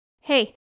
hey